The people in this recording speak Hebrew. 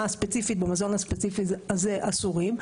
הספציפית במזון הספציפי הזה אסורים.